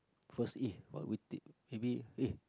first eh what would you take maybe eh